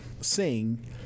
sing